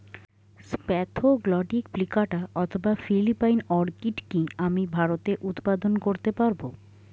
Spathoglottis plicata অথবা Philippine orchid কি আমি ভারতে উৎপাদন করতে পারবো?